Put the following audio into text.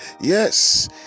Yes